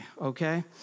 okay